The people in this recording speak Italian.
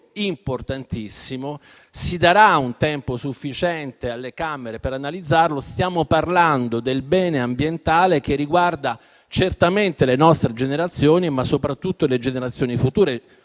importantissimo e si darà un tempo sufficiente alle Camere per analizzarlo, trattandosi del bene ambientale che riguarda certamente le nostre generazioni, ma soprattutto le generazioni future,